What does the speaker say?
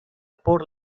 por